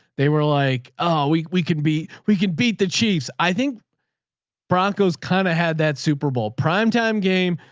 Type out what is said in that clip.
they were like, oh, we we can be, we can beat the chiefs. i think broncos kind of had that superbowl primetime game.